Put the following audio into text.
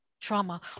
trauma